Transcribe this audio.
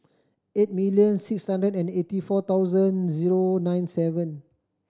eight million six hundred and eighty four thousand zero nine seven